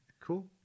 Cool